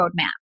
roadmap